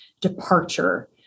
departure